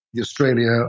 Australia